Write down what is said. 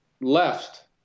left